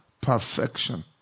perfection